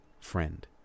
friend